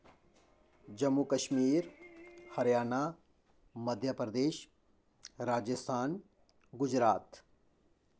Jammu Kashmir Haryana Madhya Pradesh Rajasthan Gujarat